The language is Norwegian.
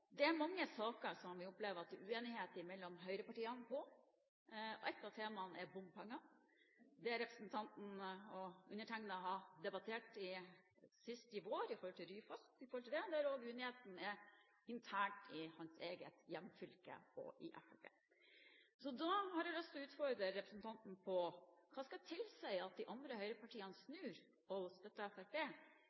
Det er mange saker der vi opplever at det er uenighet mellom høyrepartiene. Et av temaene er bompenger, der representanten og jeg sist vår debatterte Ryfast, der det er uenighet internt i hans hjemfylke og i Fremskrittspartiet. Da har jeg lyst til å utfordre representanten: Hva skal tilsi at de andre høyrepartiene snur og støtter